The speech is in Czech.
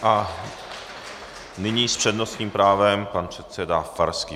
A nyní s přednostním právem pan předseda Farský.